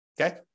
Okay